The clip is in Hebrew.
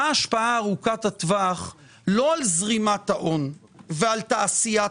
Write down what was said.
מה ההשפעה ארוכת הטווח לא על זרימת ההון ועל תעשיית